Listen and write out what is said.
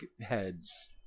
heads